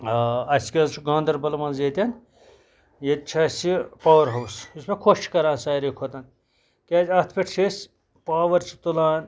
آ اَسہِ کہِ حٔظ چھُ گاندَربَل مَنٛز ییٚتٮ۪ن ییٚتہِ چھُ اَسہِ پاوَر ہاوُس یُس مےٚ خۄش چھُ کَران ساروے کھۄتَن کیازِ اَتھ پیٚٹھ چھِ أسۍ پاوَر چھِ تُلان